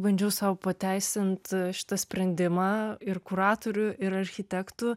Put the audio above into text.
bandžiau sau pateisint šitą sprendimą ir kuratorių ir architektų